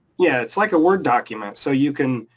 yeah. it's like a word document so you can.